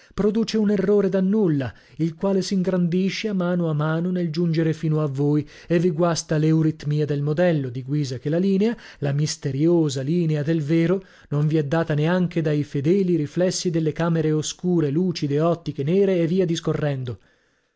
produce un errore da nulla il quale s'ingrandisce a mano a mano nel giungere fino a voi e vi guasta l'euritmia del modello di guisa che la linea la misteriosa linea del vero non vi è data neanche dai fedeli riflessi delle camere oscure lucide ottiche nere e via discorrendo